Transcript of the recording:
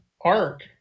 arc